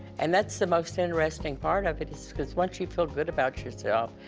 and that's the most interesting part of it, because once you feel good about yourself,